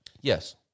Yes